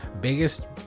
biggest